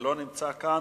ולא נמצא כאן.